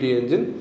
engine